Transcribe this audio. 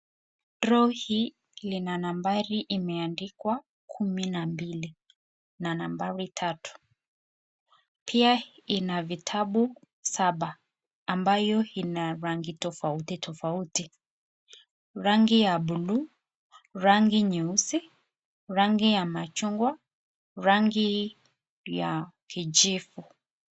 Draw hii lina nambari imeandikwa kumi nambili na nambari tatu pia ina vitabu saba ambayo ina rangi tofauti tofauti, rangi ya blue ,rangi nyeusi, rangi ya machungwa, rangi ya kijivu.